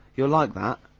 you'll like that.